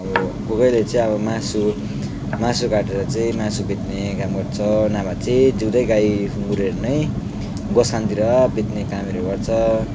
अब कोही कोहीले चाहिँ अब मासु मासु काटेर चाहिँ मासु बेच्ने काम गर्छ नभए चाहिँ जिउँदै गाई सुँगुरहरू नै गोसखानतिर बेच्ने कामहरू गर्छ